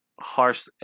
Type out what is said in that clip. harsh